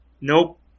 Nope